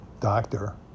doctor